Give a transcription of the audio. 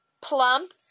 plump